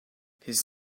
his